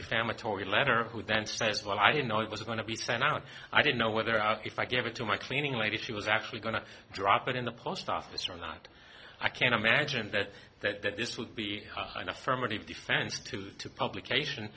defamatory letter who then says well i didn't know it was going to be sent out i didn't know whether our if i gave it to my cleaning lady she was actually going to drop it in the post office or not i can't imagine that that that this would be an affirmative defense to publication